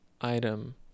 item